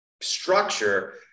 structure